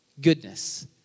goodness